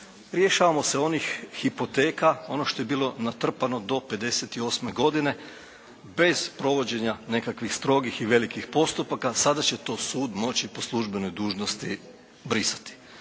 rješavamo se onih hipoteka. Ono što je bilo natrpano do '58. godine, bez provođenja nekakvih strogih i velikih postupaka. Sada će to sud moći po službenoj dužnosti brisati.